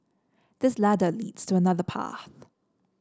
this ladder leads to another path